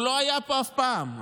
הוא לא היה פה אף פעם.